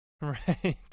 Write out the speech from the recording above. right